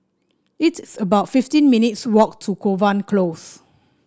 it's about fifteen minutes' walk to Kovan Close